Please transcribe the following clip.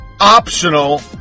optional